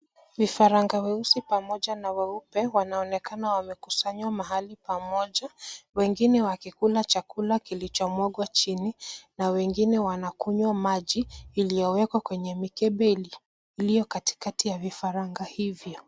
Vifaranga weusi pamoja na weupe wanaonekana wamekusanywa mahali pamoja wengine wakikula chakula kilicho mwagwa chini na wengine wanakunywa maji iliyoekwa kwa mikebe iliyo katikati ya vifaranga hivyo.